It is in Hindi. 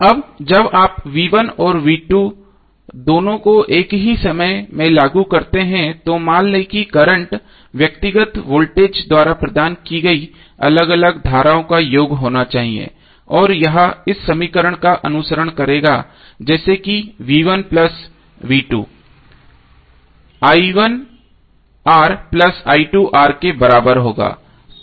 अब जब आप और दोनों को एक ही समय में लागू करते हैं तो मान लें कि करंट व्यक्तिगत वोल्टेज द्वारा प्रदान की गई अलग अलग धाराओं का योग होना चाहिए और यह इस समीकरण का अनुसरण करेगा जैसे के बराबर होगा